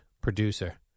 producer